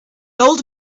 old